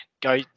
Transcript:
go